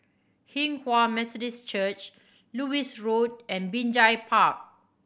Hinghwa Methodist Church Lewis Road and Binjai Park